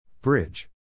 Bridge